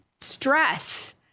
stress